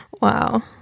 Wow